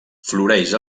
floreix